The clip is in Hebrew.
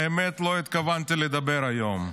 האמת, לא התכוונתי לדבר היום.